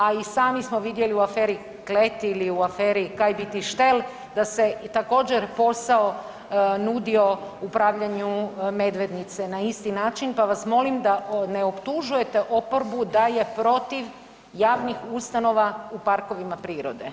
A i sami smo vidjeli u aferi Klet ili u aferi Kaj bi ti štel da se i također posao nudio upravljanju Medvednice na isti način, pa vas molim da ne optužujete oporbu da je protiv javnih ustanova u parkovima prirode.